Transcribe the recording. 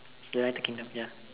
United Kingdom ya